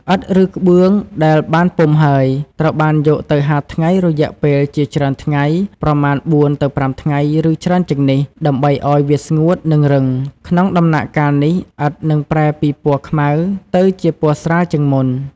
ឥដ្ឋ ឬក្បឿងដែលបានពុម្ពហើយ ត្រូវបានយកទៅហាលថ្ងៃរយៈពេលជាច្រើនថ្ងៃ ប្រមាណ ៤ ទៅ ៥ ថ្ងៃ ឬច្រើនជាងនេះ ដើម្បីឱ្យវាស្ងួត និងរឹង។ ក្នុងដំណាក់កាលនេះ ឥដ្ឋនឹងប្រែពីពណ៌ខ្មៅទៅជាពណ៌ស្រាលជាងមុន។